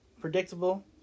predictable